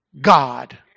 God